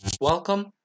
welcome